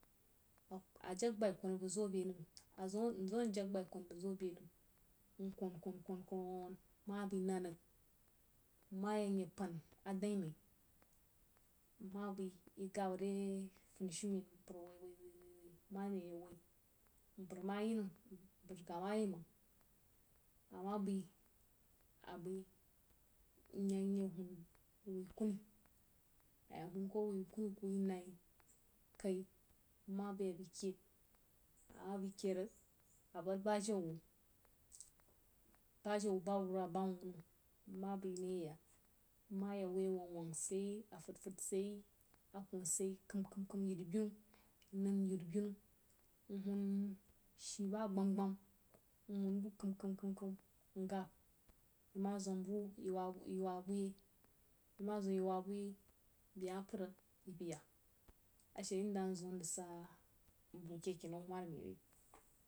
A jəg bai kwoni bəg zobe nəm nzəm a rig jəg bai kwoni bəg zobe nəm nkwon-kwon-kwoń ma bai nən rig nma yəg ye pan adain̄ mai nma bai yi gab re funishumen mpər woī-woi woi marene woi mpər a ma yinəm mpər nkah ma yi məng toh ama bai a bai nayəg ye hun wai luni, wai nai, kai nma bai abai keil a ma bai keid rig a bəd najau wu bajau wu ba wurwa ba wunno nma bai nəng yi yəg nma yəg wui a wong-wong sid yeo, a fəd-fəd sid yei a koh sid yei kəm-kəm, yin bīnu nhuon ishii gbam-gbam nhuon bu kəm-kəm-kəm ngab yo ma zwam bi yi zwam bi yi wah bu yei beh ma pəd rig yi bai ya kai ashe inda nzəm nrig sa ke kinau mari mai ri.